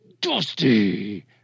Dusty